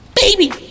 Baby